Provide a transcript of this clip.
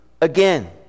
again